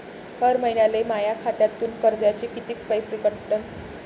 हर महिन्याले माह्या खात्यातून कर्जाचे कितीक पैसे कटन?